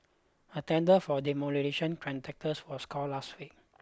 a tender for demolition contractors was called last week